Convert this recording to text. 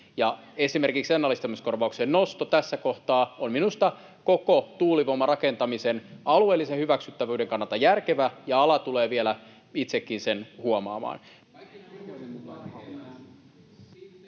Esimerkiksi ennallistamiskorvauksen nosto tässä kohtaa on minusta koko tuulivoimarakentamisen alueellisen hyväksyttävyyden kannalta järkevää, ja ala tulee vielä itsekin sen huomaamaan.